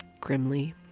grimly